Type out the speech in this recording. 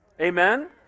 Amen